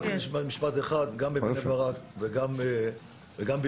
רק משפט אחד: גם בבני ברק וגם בירושלים,